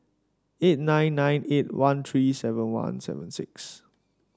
eight nine nine eight one three seven one seven six